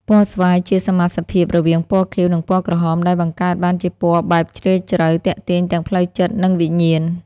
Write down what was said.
ពណ៌ស្វាយជាសមាសភាពរវាងពណ៌ខៀវ និងពណ៌ក្រហម ដែលបង្កើតបានជាពណ៌បែបជ្រាលជ្រៅ ទាក់ទាញទាំងផ្លូវចិត្តនិងវិញ្ញាណ។